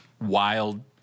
wild